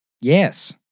Yes